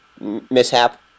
mishap